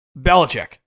Belichick